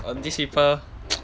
err these people